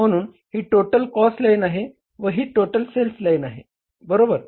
म्हणून ही total cost line आहे व ही टोटल सेल्स लाईन आहे बरोबर